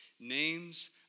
Names